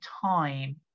time